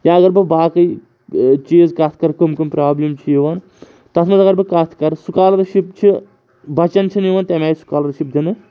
یا اگر بہٕ باقٕے چیٖز کَتھ کَرٕ کٕم کٕم پرابلِم چھِ یِوان تَتھ منٛز اگر بہٕ کَتھ کَرٕ سکالرشِپ چھِ بَچَن چھِنہٕ یِوان تَمہِ آے سکالرشِپ دِنہٕ